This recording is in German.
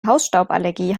hausstauballergie